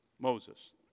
Moses